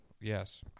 Yes